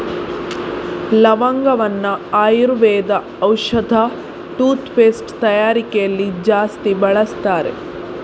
ಲವಂಗವನ್ನ ಆಯುರ್ವೇದ ಔಷಧ, toothpaste ತಯಾರಿಕೆಯಲ್ಲಿ ಜಾಸ್ತಿ ಬಳಸ್ತಾರೆ